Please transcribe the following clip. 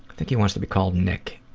think he wants to be called nick.